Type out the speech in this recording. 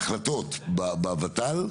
להחלטות בות"ל,